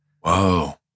Whoa